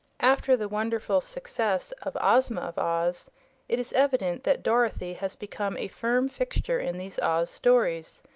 after the wonderful success of ozma of oz it is evident that dorothy has become a firm fixture in these oz stories.